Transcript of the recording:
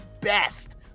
best